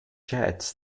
jets